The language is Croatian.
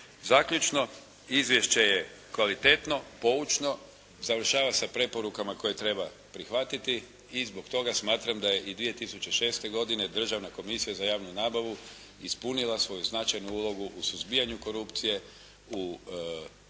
Zaključno. Izvješće je kvalitetno, poučno, završava sa preporukama koje treba prihvatiti i zbog toga smatram da je i 2006. godine Državna komisija za javnu nabavu ispunila svoju značajnu ulogu u suzbijanju korupcije, u osnaženju